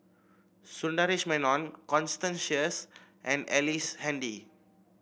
Sundaresh Menon Constance Sheares and Ellice Handy